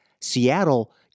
Seattle